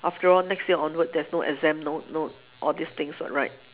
after all next year onward there's no exam no no all these things one right